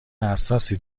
حساسی